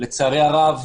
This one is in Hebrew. לצערי הרב,